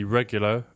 regular